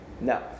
No